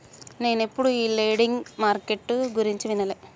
నేనెప్పుడు ఈ lending market గురించి వినలే